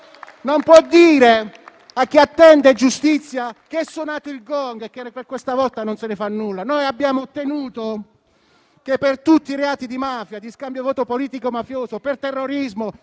non può dire a chi attende giustizia che è suonato il gong e che per questa volta non se ne fa nulla, abbiamo ottenuto che per tutti i reati di mafia, di voto di scambio politico-mafioso, di terrorismo,